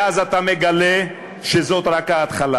ואז אתה מגלה שזו רק ההתחלה,